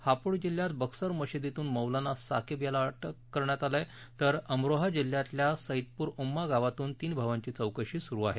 हापूर जिल्ह्यात बक्सर मशीदीतून मौलाना साकीब याला ताब्यात घेण्यात आलं आहे तर अमरोहा जिल्ह्यातल्या सैदपूर ओम्मा गावातून तीन भावांची चौकशी सुरु आहे